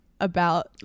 about-